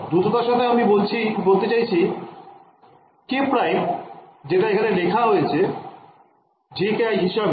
দ্রুততার সাথে আমি বলতে চাইছি k′ যেটা এখানে লেখা হয়েছে jki হিসেবে